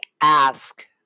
ask